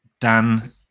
Dan